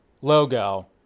logo